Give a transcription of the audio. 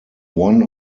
one